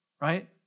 right